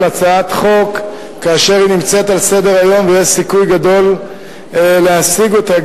הצעת חוק כאשר היא נמצאת על סדר-היום ויש סיכוי גדול להשיג אותה,